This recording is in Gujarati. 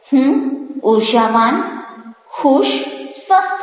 હું ઉર્જાવાન ખુશ સ્વસ્થ છું